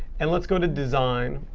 and let's go to design.